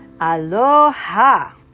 Aloha